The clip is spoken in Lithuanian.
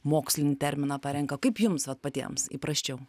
mokslinį terminą parenka kaip jums vat patiems įprasčiau